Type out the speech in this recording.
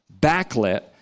backlit